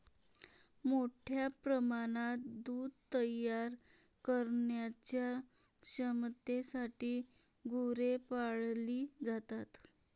मोठ्या प्रमाणात दूध तयार करण्याच्या क्षमतेसाठी गुरे पाळली जातात